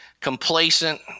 complacent